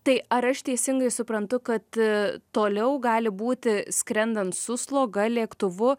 tai ar aš teisingai suprantu kad toliau gali būti skrendant su sloga lėktuvu